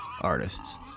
artists